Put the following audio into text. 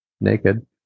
naked